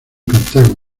cartago